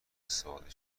استفاده